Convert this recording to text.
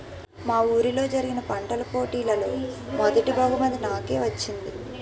మా వూరిలో జరిగిన పంటల పోటీలలో మొదటీ బహుమతి నాకే వచ్చింది